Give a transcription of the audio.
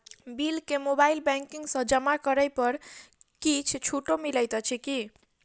Bill केँ mobile banking सँ जमा करै पर किछ छुटो मिलैत अछि की?